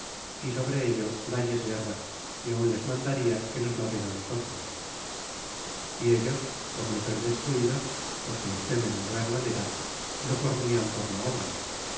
y sobre ello dalles guerra y aun les mandarla que nos la den á nosotros y ellos por no ser destruidos porque los temen en gran manera lo pornian por la obra